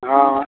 हँ